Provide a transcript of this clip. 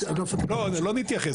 לא, לא 'נתייחס'.